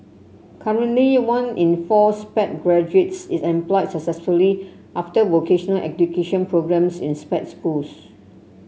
currently one in four Sped graduates is employed successfully after vocational education programmes in Sped schools